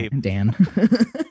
Dan